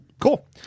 Cool